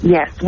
Yes